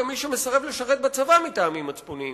גם מי שמסרב לשרת בצבא מטעמים מצפוניים,